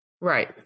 right